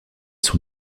son